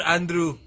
Andrew